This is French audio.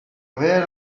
réel